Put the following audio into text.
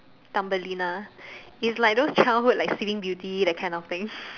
Thumbelina is like those childhood like sleeping beauty that kind of thing